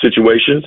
situations